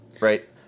Right